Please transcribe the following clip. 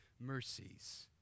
mercies